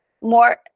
more